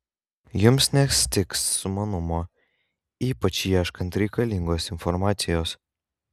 jums nestigs sumanumo ypač ieškant reikalingos informacijos